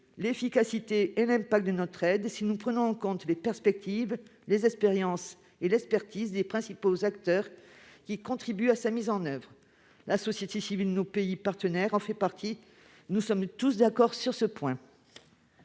l'efficacité et l'impact de l'APD si nous prenons en compte les perspectives, les expériences et l'expertise des principaux acteurs contribuant à sa mise en oeuvre : la société civile des pays partenaires en fait partie. Les deux amendements